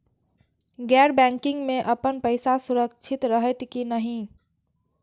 गैर बैकिंग में अपन पैसा सुरक्षित रहैत कि नहिं?